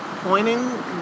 Pointing